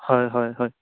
হয় হয় হয়